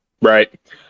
right